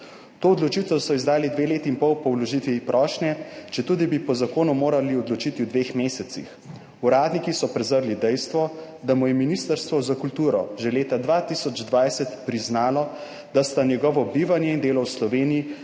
»To odločitev so izdali dve leti in pol po vložitvi prošnje, četudi bi po zakonu morali odločiti v dveh mesecih. Uradniki so prezrli dejstvo, da mu je Ministrstvo za kulturo že leta 2020 priznalo, da sta njegovo bivanje in delo v Sloveniji